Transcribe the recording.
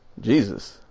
Jesus